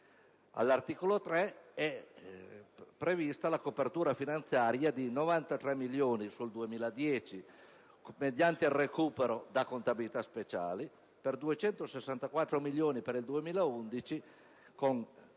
All'articolo 3, è prevista la copertura finanziaria di 93 milioni per il 2010 mediante il recupero da contabilità speciali, di 264 milioni per il 2011,